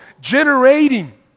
generating